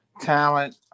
talent